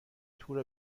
تور